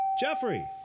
Jeffrey